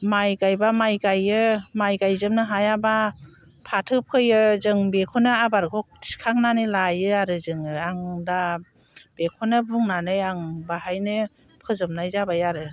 माइ गायबा माइ गायो माइ गायजोबनो हायाबा फाथो फोयो जों बेखौनो आबादखौ थिखांनानै लायो आरो जोङो आं दा बेखौनो बुंनानै आं बेवहायनो फोजोबनाय जाबाय आरो